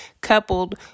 coupled